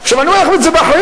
אני אומר לכם את זה באחריות,